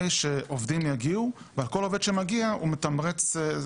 שעובדים יגיעו ועל כל עובד שמגיע הוא מתמרץ.